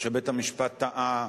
שבית-המשפט טעה,